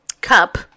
cup